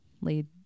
lead